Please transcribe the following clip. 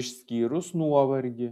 išskyrus nuovargį